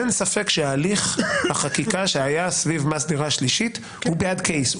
אין ספק שהליך החקיקה שהיה סביב מס דירה שלישית הוא bad case,